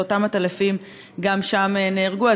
ועטלפים גם שם נהרגו.